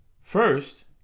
First